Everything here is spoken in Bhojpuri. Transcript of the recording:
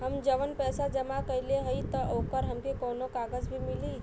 हम जवन पैसा जमा कइले हई त ओकर हमके कौनो कागज भी मिली?